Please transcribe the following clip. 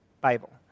Bible